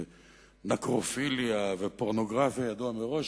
נקרופיליה ופורנוגרפיה ידועה מראש.